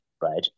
right